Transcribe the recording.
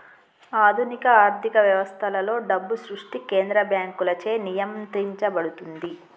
ఆధునిక ఆర్థిక వ్యవస్థలలో, డబ్బు సృష్టి కేంద్ర బ్యాంకులచే నియంత్రించబడుతుంది